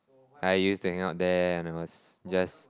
I used to hang out there and I was just